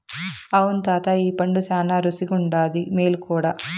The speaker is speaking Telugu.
అవును తాతా ఈ పండు శానా రుసిగుండాది, మేలు కూడా